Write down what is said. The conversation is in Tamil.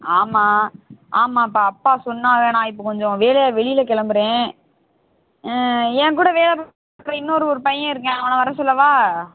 ஆமாம் ஆமாம்பா அப்பா சொன்னாவ நான் இப்போ கொஞ்சம் வேலையாக வெளியில் கிளம்புறேன் என்கூட வேலை பார்க்குற இன்னொரு ஒரு பையன் இருக்கான் அவனை வர சொல்லவா